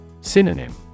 Synonym